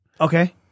Okay